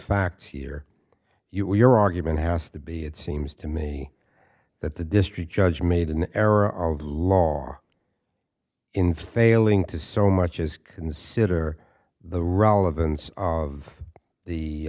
facts here you or your argument has to be it seems to me that the district judge made an error of law in failing to so much as consider the relevance of the